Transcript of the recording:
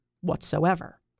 whatsoever